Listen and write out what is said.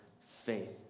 faith